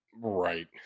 Right